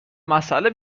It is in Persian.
مسئله